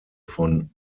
von